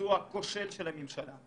הביצוע הכושל של הממשלה.